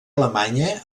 alemanya